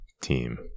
team